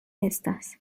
estas